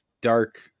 dark